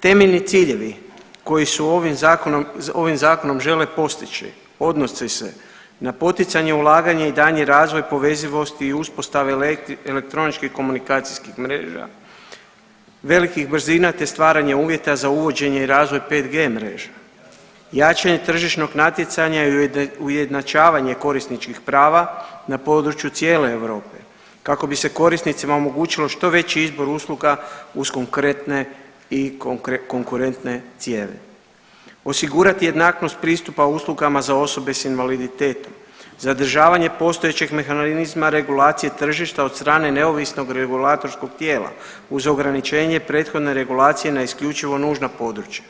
Temeljni ciljevi koji su ovim zakonom, ovim zakonom žele postići odnosi se na poticanje ulaganja i daljnji razvoj povezivosti i uspostave elektroničkih komunikacijskih mreža velikih brzina, te stvaranje uvjeta za uvođenje i razvoj 5G mreža, jačanje tržišnog natjecanja i ujednačavanje korisničkih prava na području cijele Europe kako bi se korisnicima omogućilo što veći izbor usluga uz konkretne i konkurentne cijene, osigurati jednakost pristupa uslugama za osobe s invaliditetom, zadržavanje postojećeg mehanizma regulacije tržišta od strane neovisnog regulatorskog tijela uz ograničenje prethodne regulacije na isključivo nužna područja,